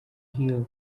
here